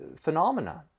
phenomenon